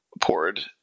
poured